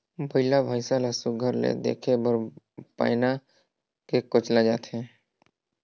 बइला भइसा ल सुग्घर ले खेदे बर पैना मे कोचल जाथे